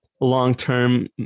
long-term